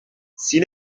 sin